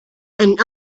and